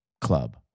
club